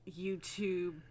YouTube